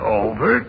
over